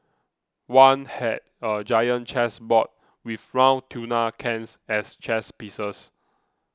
one had a giant chess board with round tuna cans as chess pieces